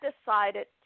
decided